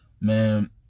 man